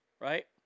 right